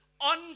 on